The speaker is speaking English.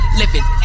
living